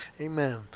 Amen